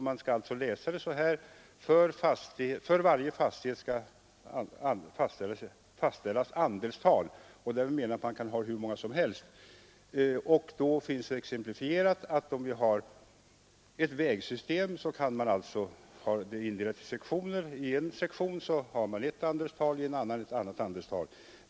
Man skall alltså nu läsa det så här: ”för varje fastighet skall fastställas andelstal”. Därmed menas att det kan finnas hur många som helst. Men det löser endast problemet, om vi har ett vägsystem som kan indelas i sektioner; i en sektion har man ett andelstal, i en annan har man ett annat andelstal.